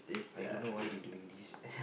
I don't know why they doing this